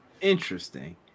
Interesting